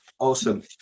Awesome